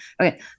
Okay